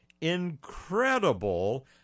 incredible